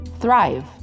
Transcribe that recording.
thrive